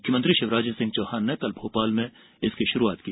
मुख्यमंत्री शिवराज सिंह चौहान ने कल भोपाल में इसकी शुरुआत की